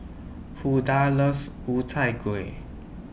Hulda loves Ku Chai Kuih